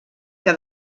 que